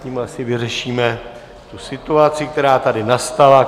Tím asi vyřešíme tu situaci, která tady nastala.